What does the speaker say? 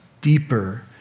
deeper